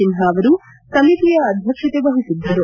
ಸಿನ್ಹಾ ಅವರು ಸಮಿತಿಯ ಅಧ್ಯಕ್ಷತೆ ವಹಿಸಿದ್ದರು